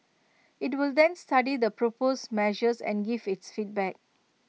IT will then study the proposed measures and give its feedback